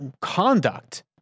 Conduct